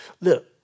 look